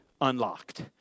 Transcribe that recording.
unlocked